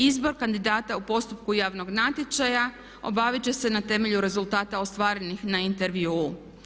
Izbor kandidata o postupku javnog natječaja obaviti će se na temelju rezultata ostvarenih na intervjuu.